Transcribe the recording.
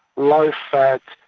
low fat,